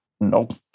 Nope